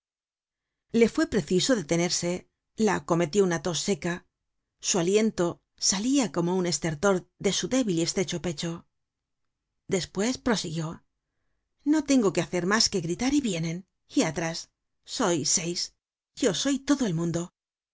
le fue preciso detenerse la acometió una tos seca su aliento salia como un estertor de su débil y estrecho pecho despues prosiguió no tengo que hacer mas que gritar y vienen y atrás sois seis yo soy todo el mundo